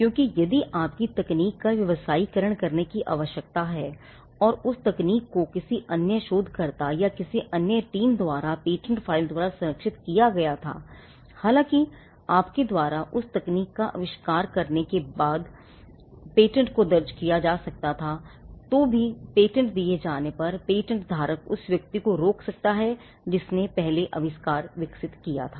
क्योंकि यदि आपकी तकनीक का व्यवसायीकरण करने की आवश्यकता है और उस तकनीक को किसी अन्य शोधकर्ता या किसी अन्य टीम द्वारा पेटेंट फ़ाइल द्वारा संरक्षित किया गया था हालांकि आपके द्वारा उस तकनीक का आविष्कार करने के बहुत अधिक बाद पेटेंट को दर्ज किया जा सकता था तो भी जब पेटेंट दिए जाने पर पेटेंट धारक उस व्यक्ति को रोक सकता है जिसने पहले आविष्कार विकसित किया था